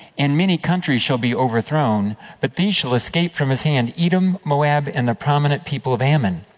and many countries shall be overthrown but these shall escape from his hand edom, moab, and the prominent people of ammon.